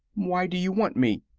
why do you want me?